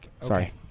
Sorry